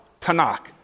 Tanakh